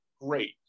Great